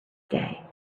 day